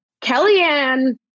Kellyanne